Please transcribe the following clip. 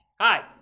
hi